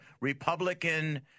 Republican